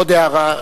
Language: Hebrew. עוד הערה,